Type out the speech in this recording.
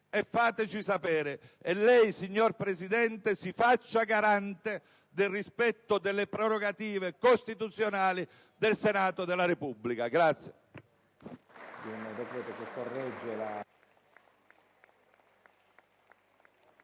fateci sapere. E lei, signor Presidente, si faccia garante del rispetto delle prerogative costituzionali del Senato della Repubblica.